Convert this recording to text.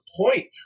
point